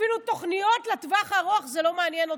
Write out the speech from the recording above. אפילו תוכניות לטווח הארוך, זה לא מעניין אותם.